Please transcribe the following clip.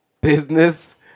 Business